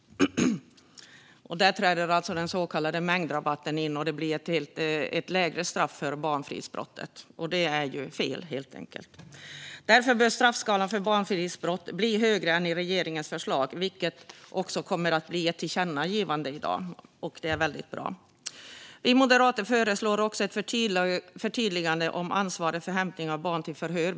Där träder alltså den så kallade mängdrabatten in så att det blir ett lägre straff för barnfridsbrottet. Det är helt enkelt fel, och därför bör straffskalan för barnfridsbrott bli högre än i regeringens förslag. Detta kommer att bli ett tillkännagivande i dag, vilket är väldigt bra. Vi moderater föreslår också ett förtydligande gällande ansvaret för hämtning av barn till förhör.